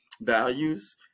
values